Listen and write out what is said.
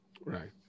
right